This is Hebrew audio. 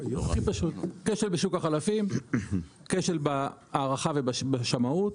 כשל בשוק החלפים, כשל בהערכה ובשמאות,